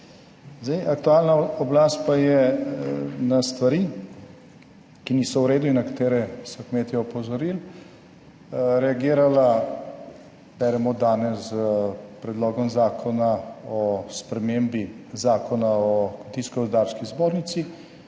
Aktualna oblast pa je na stvari, ki niso v redu in na katere so kmetje opozorili, reagirala, beremo danes s predlogom zakona o spremembi Zakona o Kmetijsko-gozdarski zbornici,